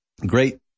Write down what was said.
great